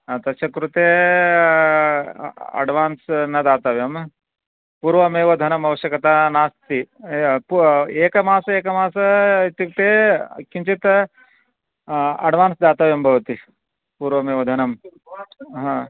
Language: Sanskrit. तस्य कृते अड्वान्स् न दातव्यं पूर्वमेव धनम् आवश्यकं नास्ति एकमासम् एकमासम् इत्युक्ते किञ्चित् अड्वान्स् दातव्यं भवति पूर्वमेव धनं हा